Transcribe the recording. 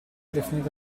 definite